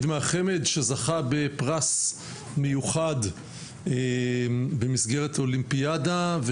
מהחמ"ד שזכה בפרס מיוחד במסגרת אולימפיאדה,